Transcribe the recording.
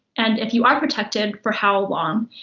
and if you are protected, for how long.